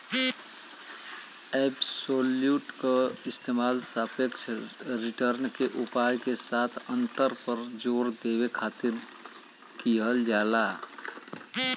absolute क इस्तेमाल सापेक्ष रिटर्न के उपाय के साथ अंतर पर जोर देवे खातिर किहल जाला